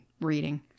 reading